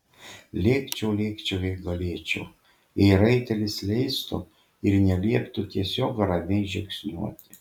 lėkčiau lėkčiau jei galėčiau jei raitelis leistų ir nelieptų tiesiog ramiai žingsniuoti